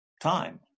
time